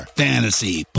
fantasy